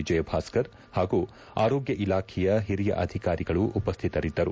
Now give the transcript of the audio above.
ವಿಜಯಭಾಸ್ಕರ್ ಹಾಗೂ ಆರೋಗ್ಯ ಇಲಾಖೆಯ ಹಿರಿಯ ಅಧಿಕಾರಿಗಳು ಉಪಸ್ಥಿತರಿದ್ದರು